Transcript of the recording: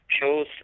shows